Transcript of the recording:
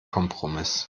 kompromiss